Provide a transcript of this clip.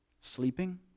Sleeping